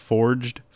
Forged